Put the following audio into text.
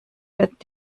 wird